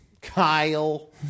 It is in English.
Kyle